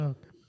Okay